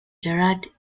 gerard